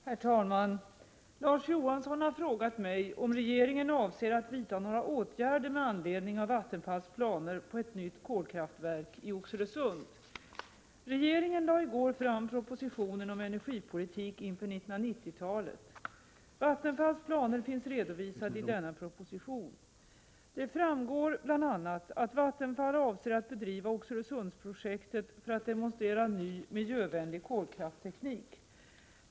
Herr talman! Larz Johansson har frågat mig om regeringen avser att vidta några åtgärder med anledning av Vattenfalls planer på ett nytt kolkraftverk i Oxelösund. Regeringen lade i går fram propositionen om energipolitik inför 1990 talet. Vattenfalls planer finns redovisade i denna proposition. Det framgår bl.a. att Vattenfall avser att bedriva Oxelösundsprojektet för att demonstrera ny, miljövänlig kolkraftteknik.